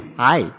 hi